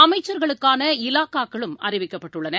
அமைச்சா்களுக்கான இலாக்காக்களும் அறிவிக்கப்பட்டுள்ளன